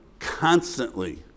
constantly